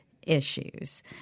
issues